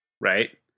Right